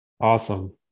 Awesome